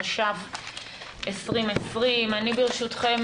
התש"ף 2020. ברשותכם,